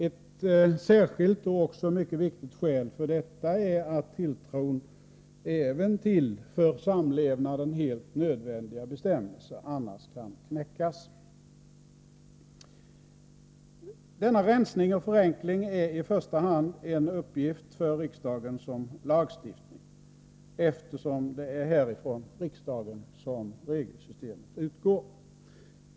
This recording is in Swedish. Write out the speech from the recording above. Ett särskilt och också mycket viktigt skäl för detta är att tilltron även till för samlevnaden helt nödvändiga bestämmelser annars kan knäckas. Denna rensning och förenkling är i första hand en uppgift för riksdagen som lagstiftare, eftersom det är från riksdagen regelsystemet utgår.